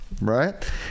right